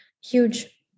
huge